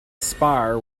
spire